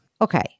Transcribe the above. Okay